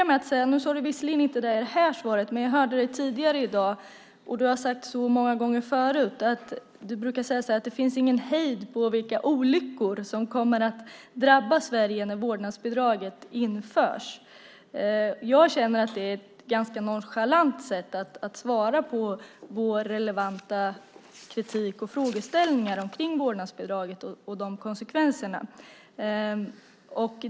Det står visserligen inte i svaret, men jag hörde det tidigare i dag och du har sagt så många gånger förut, Jan Björklund, att det inte finns någon hejd på vilka olyckor som kommer att drabba Sverige när vårdnadsbidraget införs. Jag känner att det är ett ganska nonchalant sätt att svara på vår relevanta kritik mot och frågeställningar om vårdnadsbidraget och de konsekvenser det får.